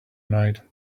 night